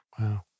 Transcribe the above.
Wow